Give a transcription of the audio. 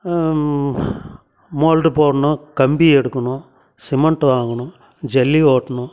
mould போடணும் கம்பி எடுக்கணும் சிமெண்ட் வாங்கணும் ஜல்லி ஓட்டணும்